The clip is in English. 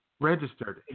registered